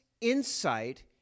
insight